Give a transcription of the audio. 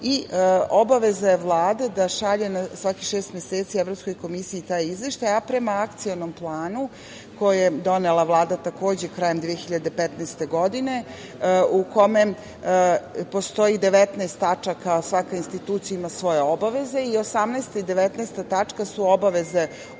je Vlade da šalje na svakih šest meseci Evropskoj komisiji taj izveštaj, a prema Akcionom planu, koji je donela Vlada takođe krajem 2015. godine, u kome postoji 19 tačaka, svaka institucija ima svoje obaveze. Tačke 18. i 19. su obaveze Odbora